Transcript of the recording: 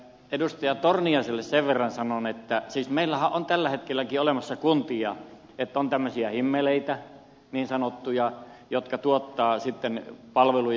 edustaja torniaiselle sen verran sanon että siis meillähän tällä hetkelläkin on olemassa kuntia että on tämmöisiä niin sanottuja himmeleitä jotka tuottavat sitten palveluja